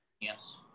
Yes